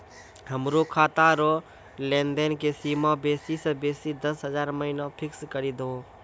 हमरो खाता रो लेनदेन के सीमा बेसी से बेसी दस हजार महिना फिक्स करि दहो